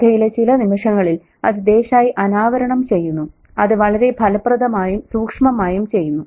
കഥയിലെ ചില നിമിഷങ്ങളിൽ അത് ദേശായി അനാവരണം ചെയ്യുന്നു അത് വളരെ ഫലപ്രദമായും സൂക്ഷ്മമായും ചെയ്യുന്നു